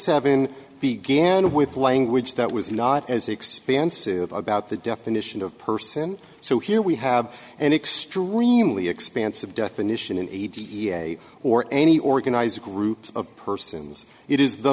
seven began with language that was not as expansive about the definition of person so here we have an extremely expansive definition in a d n a or any organized group of persons it is the